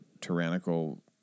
tyrannical